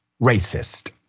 racist